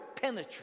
penetrate